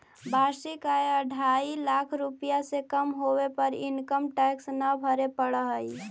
वार्षिक आय अढ़ाई लाख रुपए से कम होवे पर इनकम टैक्स न भरे पड़ऽ हई